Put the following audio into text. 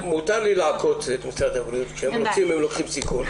נסיבות שבהן יש צורך להחליף מסכה,